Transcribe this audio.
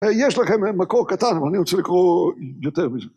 יש לכם מקור קטן, אבל אני רוצה לקרוא יותר מזה.